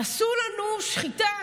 עשו לנו שחיטה.